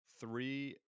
three